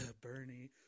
bernie